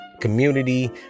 community